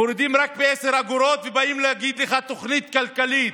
מורידים רק בעשר אגורות ובאים להגיד לך "תוכנית כלכלית".